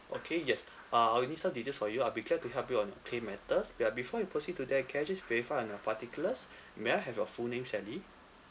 okay yes uh I will need some details from you I'll be glad to help you on your claim matters but before we proceed to that can I just verify on your particulars may I have your full name sally